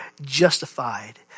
justified